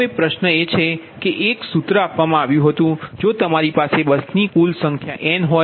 તેથી પ્રશ્ન એ છે કે એક સૂત્ર આપવામાં આવ્યું હતું જો તમારી પાસે બસની કુલ સંખ્યા n હોય